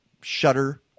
shutter